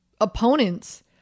opponents